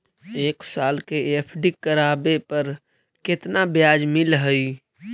एक साल के एफ.डी करावे पर केतना ब्याज मिलऽ हइ?